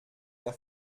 der